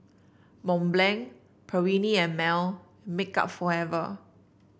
Mont Blanc Perllini and Mel Makeup Forever